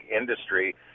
industry